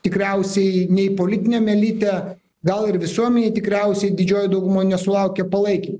tikriausiai nei politiniam elite gal ir visuomenėj tikriausiai didžioji dauguma nesulaukė palaikymo